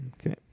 Okay